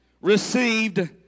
received